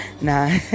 nah